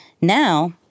Now